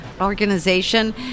organization